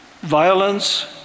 Violence